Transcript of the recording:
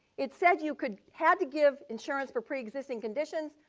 it said you could had to give insurance for pre-existing conditions,